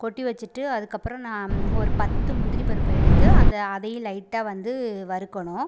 கொட்டி வச்சுட்டு அதுக்கப்புறம் நான் ஒரு பத்து முந்திரி பருப்பு எடுத்து அந்த அதையும் லைட்டாக வந்து வறுக்கணும்